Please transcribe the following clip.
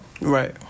Right